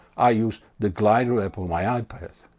i use the glider app on my ah ipad.